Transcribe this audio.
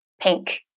pink